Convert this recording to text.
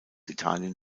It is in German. italien